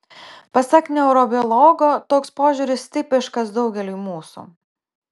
pasak neurobiologo toks požiūris tipiškas daugeliui mūsų